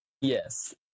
Yes